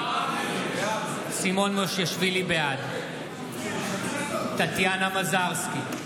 בעד טטיאנה מזרסקי,